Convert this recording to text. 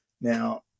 Now